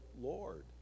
lord